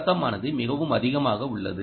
தொடக்கமானது மிகவும் அதிகமாக உள்ளது